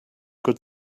good